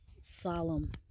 solemn